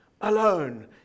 alone